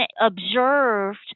observed